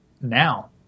now